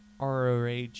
ROH